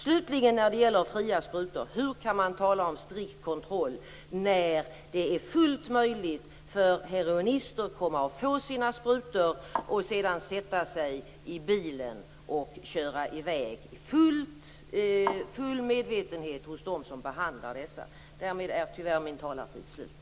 Slutligen när det gäller fria sprutor: Hur kan man tala om strikt kontroll när det är fullt möjligt för heroinister - med full metvetenhet hos dem som behandlar dessa - att få sina sprutor utdelade och sedan sätta sig i bilen och köra i väg? Därmed är min talartid tyvärr slut.